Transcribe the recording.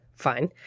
fine